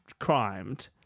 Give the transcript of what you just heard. crimed